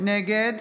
נגד